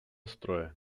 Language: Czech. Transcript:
stroje